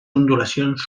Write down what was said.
ondulacions